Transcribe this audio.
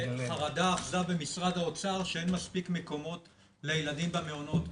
חרדה אחזה במשרד האוצר שאין מספיק מקומות לילדים במעונות.